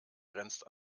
grenzt